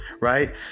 right